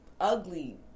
ugly